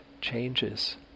changes